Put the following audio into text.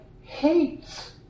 hates